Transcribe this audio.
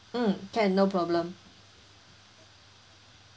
mm can no problem